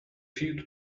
few